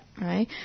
Right